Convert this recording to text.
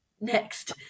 next